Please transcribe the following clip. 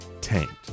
tanked